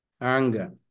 Anger